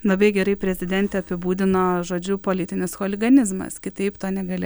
labai gerai prezidentė apibūdino žodžiu politinis choliganizmas kitaip to negali